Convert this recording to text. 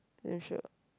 damn shiok